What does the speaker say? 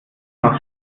noch